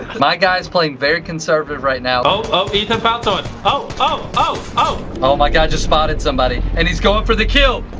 my guy is playing very conservative right now. oh oh ethan found so and someone, oh, oh, oh. oh my guy just spotted somebody and he's going for the kill.